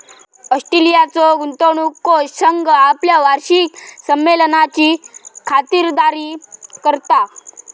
ऑस्ट्रेलियाचो गुंतवणूक कोष संघ आपल्या वार्षिक संमेलनाची खातिरदारी करता